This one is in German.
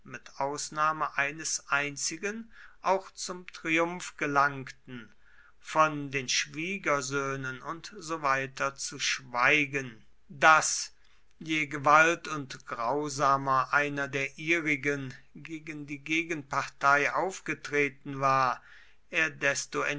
mit ausnahme eines einzigen auch zum triumph gelangten von den schwiegersöhnen und so weiter zu schweigen daß je gewalt und grausamer einer der ihrigen gegen die gegenpartei aufgetreten war er desto